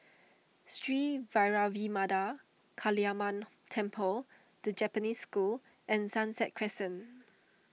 Sri Vairavimada Kaliamman Temple the Japanese School and Sunset Crescent